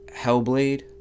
Hellblade